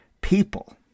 people